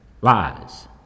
Lies